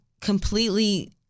completely